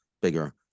bigger